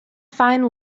find